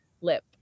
lip